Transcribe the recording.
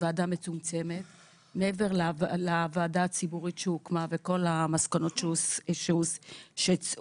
מעבר לוועדה הציבורית שהוקמה וכל המסקנות שהועלו,